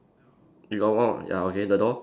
you got one ya okay the door